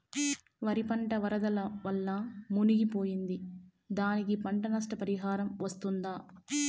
వరి పంట వరదల వల్ల మునిగి పోయింది, దానికి పంట నష్ట పరిహారం వస్తుందా?